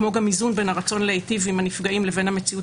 כמו גם איזון בין הרצון להיטיב עם הנפגעים לבין המציאות